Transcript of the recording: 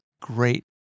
Great